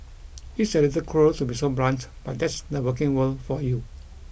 it's a little cruel to be so blunt but that's the working world for you